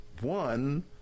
one